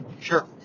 Sure